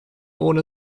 ohne